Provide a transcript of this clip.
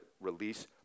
release